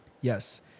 Yes